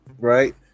right